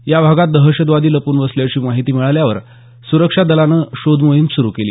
या भागात दहशतवादी लपून बसल्याची माहिती मिळाल्यावर सुरक्षा दलानं शोधमोहीम सुरू केली